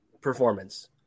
performance